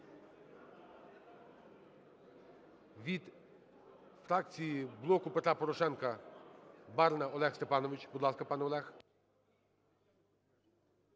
Від фракції "Блоку Петра Порошенка" Барна Олег Степанович. Будь ласка, пане Олег.